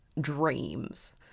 dreams